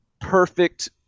perfect